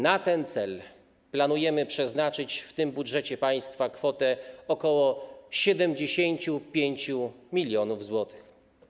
Na ten cel planujemy przeznaczyć w tym budżecie państwa kwotę ok. 75 mln zł.